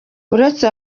uretse